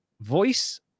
voice